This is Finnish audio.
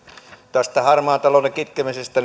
tästä harmaan talouden kitkemisestä